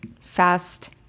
fast